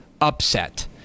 upset